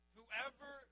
Whoever